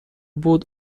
بود